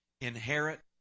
inherit